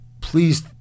please